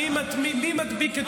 מי מדביק את